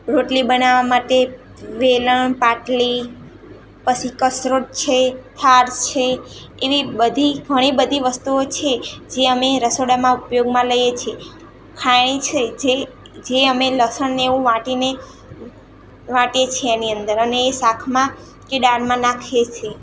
રોટલી બનાવવા માટે વેલણ પાટલી પછી કથરોટ છે થાળ છે એવી બધી ઘણી બધી વસ્તુઓ છે જે અમે રસોડામાં ઉપયોગમાં લઇએ છીએ ખાયણી છે જે જે અમે લસણને એવું વાટીને વાટીએ છીએ એની અંદર અને એ શાકમાં કે દાળમાં નાખીએ છીએ